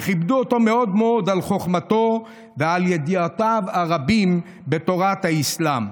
וכיבדו אותו מאוד מאוד על חוכמתו ועל ידיעותיו הרבות בתורת האסלאם.